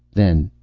then,